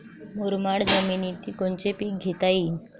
मुरमाड जमिनीत कोनचे पीकं घेता येईन?